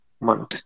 month